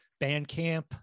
Bandcamp